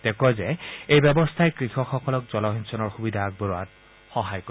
তেওঁ কয় যে এই ব্যৱস্থাই কৃষকসকলক জলসিঞ্চনৰ সুবিধা আগবঢ়োৱাত সহায় কৰিব